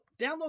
download